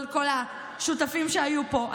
כל השותפים שהיו פה,